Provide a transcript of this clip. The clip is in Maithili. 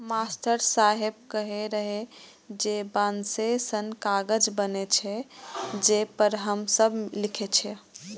मास्टर साहेब कहै रहै जे बांसे सं कागज बनै छै, जे पर हम सब लिखै छियै